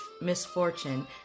misfortune